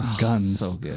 guns